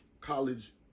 college